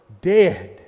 dead